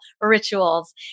rituals